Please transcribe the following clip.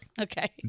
Okay